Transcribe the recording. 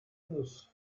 plus